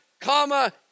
comma